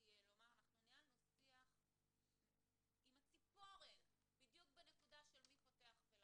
לומר: אנחנו ניהלנו שיח עם הציפורן בדיוק בנקודה של מי פותח ולמה.